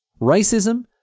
Racism